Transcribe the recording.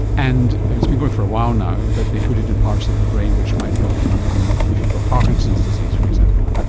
and it's been going for a while now, but they put it in parts of the brain which might help your movement if you've got parkinson's disease, for example.